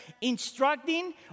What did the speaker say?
instructing